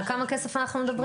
על כמה כסף אנחנו מדברים?